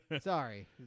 Sorry